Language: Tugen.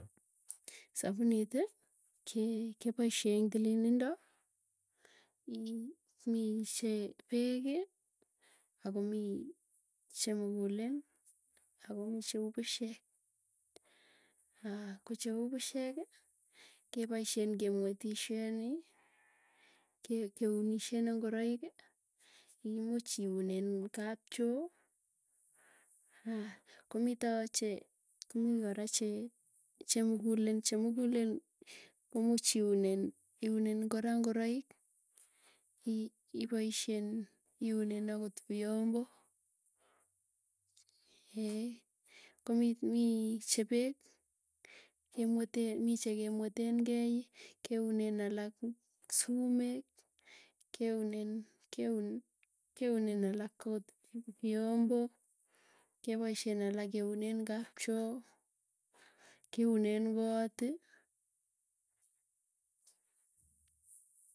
Sapuniti ke kepaisye eng tililindo ii mi che peeki ako mii chemukulen, ako mii cheu pusyek. Ko cheu pusyeki kepoisyen kemwetisyeni, keunishen ak ingoroiki, muuch iunen kapchoo, komito che komii kora che chemukulen, chemukulen komuuch iunen kora ngoraik ipoisyen iunenm akot viombo komii mii chepeek kemwete mii chekemwetenkei. Keunen alak sumek, keunen keunen alak akot viombi kepaisyen alak keunen kapchoo kiunen kooti.